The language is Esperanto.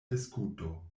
diskuto